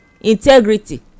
Integrity